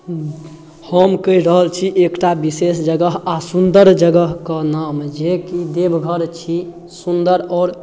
हम कहि रहल छी एकटा विशेष जगह आओर सुन्दर जगहके नाम जे कि देवघर छी सुन्दर आओर